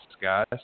guys